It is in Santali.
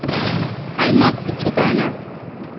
ᱟᱭᱢᱟ ᱠᱤᱪᱷᱩ ᱛᱟᱦᱮᱱᱟ